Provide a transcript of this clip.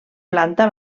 planta